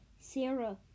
Sarah